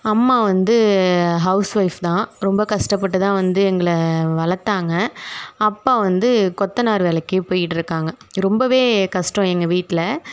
அம்மா வந்து housewife தான் ரொம்ப கஷ்டப்பட்டு தான் வந்து எங்களை வளர்த்தாங்க அப்பா வந்து கொத்தனார் வேலைக்கு போயிட்டிருக்காங்க ரொம்பவே கஸ்டம் எங்கள் வீட்டில்